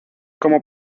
como